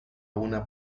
una